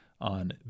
on